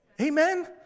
Amen